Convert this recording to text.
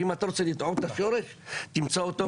ואם אתה רוצה למצוא את השורש, תמצא אותו: